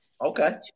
Okay